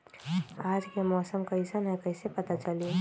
आज के मौसम कईसन हैं कईसे पता चली?